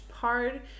Hard